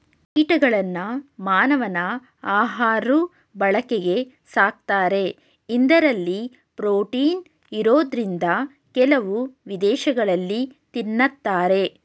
ಕೀಟಗಳನ್ನ ಮಾನವನ ಆಹಾಋ ಬಳಕೆಗೆ ಸಾಕ್ತಾರೆ ಇಂದರಲ್ಲಿ ಪ್ರೋಟೀನ್ ಇರೋದ್ರಿಂದ ಕೆಲವು ವಿದೇಶಗಳಲ್ಲಿ ತಿನ್ನತಾರೆ